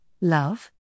love